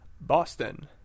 Boston